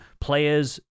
players